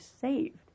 saved